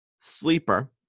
Sleeper